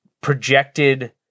projected